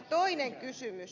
toinen kysymys